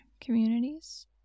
communities